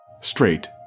straight